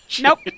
Nope